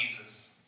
Jesus